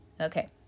Okay